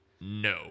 no